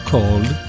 Called